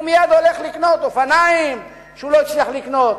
הוא מייד הולך לקנות אופניים שהוא לא הצליח לקנות,